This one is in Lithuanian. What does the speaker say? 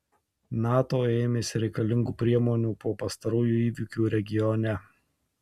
nato ėmėsi reikalingų priemonių po pastarųjų įvykių regione